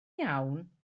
iawn